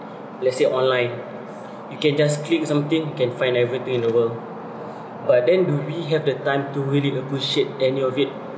let's say online you can just click something can find everything in the world but then do we have the time to really appreciate any of it